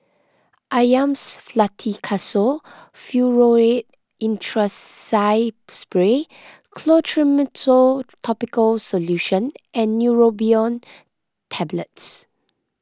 Avamys Fluticasone Furoate Intranasal Spray Clotrimozole Topical Solution and Neurobion Tablets